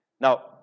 Now